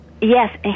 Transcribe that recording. Yes